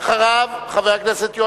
חבר הכנסת חנא סוייד,